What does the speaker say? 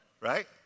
Right